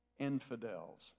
infidels